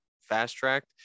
fast-tracked